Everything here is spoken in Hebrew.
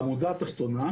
בעמודה התחתונה,